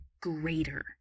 greater